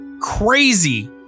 crazy